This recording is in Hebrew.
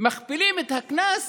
מכפילים את הקנס